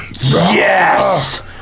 yes